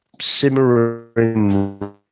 simmering